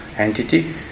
entity